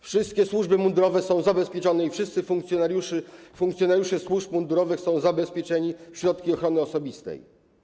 Wszystkie służby mundurowe są zabezpieczone i wszyscy funkcjonariusze służb mundurowych są zabezpieczeni w środki ochrony osobistej.